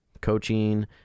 coaching